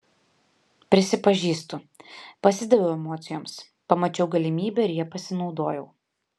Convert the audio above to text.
prisipažįstu pasidaviau emocijoms pamačiau galimybę ir ja pasinaudojau